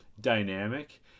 dynamic